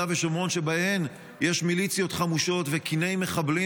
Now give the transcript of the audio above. ושומרון שבהן יש מיליציות חמושות וקיני מחבלים?